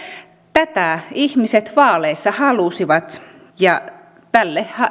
tätä ihmiset vaaleissa halusivat ja tälle